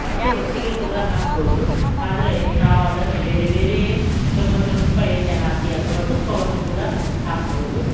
ಮತ್ತೆ ಒಟ್ಟಿಗೆ ಕೂಡ ಹಾಕ್ಬೌದು ಆದರೆ ನಾವು ಅದನ್ನು ಬೇರೆ ಬೇರೆಯೇ ಸ್ವಲ್ಪ ಸ್ವಲ್ಪ ಎಣ್ಣೆ ಹಾಕಿ ಅಥವಾ ತುಪ್ಪವನ್ನು ಕೂಡ ಹಾಕ್ಬೌದು